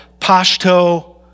Pashto